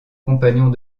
compagnons